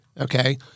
Okay